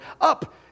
Up